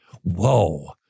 Whoa